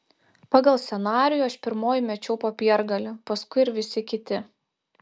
pagal scenarijų aš pirmoji mečiau popiergalį paskui ir visi kiti